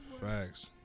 Facts